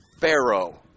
Pharaoh